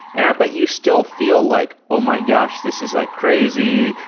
and i bet you still feel like, oh, my gosh. this is like crazy.